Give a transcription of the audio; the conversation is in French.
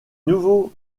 nouveaux